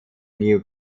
new